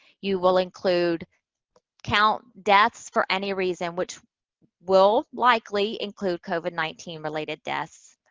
you will include count deaths for any reason, which will likely include covid nineteen related deaths,